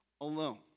alone